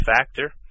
factor